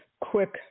quick